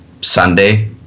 Sunday